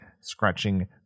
scratching